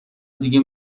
دیگه